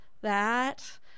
that—